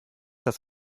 das